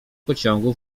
pociągu